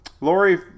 Lori